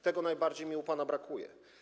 Tego najbardziej mi u pana brakuje.